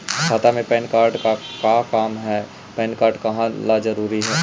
खाता में PAN card के का काम है पैन कार्ड काहे ला जरूरी है?